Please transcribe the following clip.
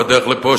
בדרך לפה,